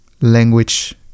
language